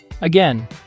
Again